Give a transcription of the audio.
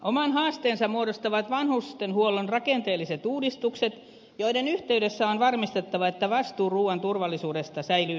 oman haasteensa muodostavat vanhustenhuollon rakenteelliset uudistukset joiden yhteydessä on varmistettava että vastuu ruuan turvallisuudesta säilyy selkeänä